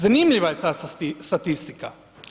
Zanimljiva je ta statistika.